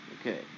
Okay